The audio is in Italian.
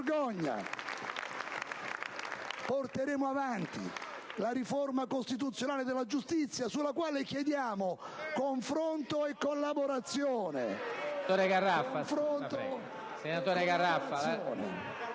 Porteremo avanti la riforma costituzionale della giustizia, sulla quale chiediamo confronto e collaborazione.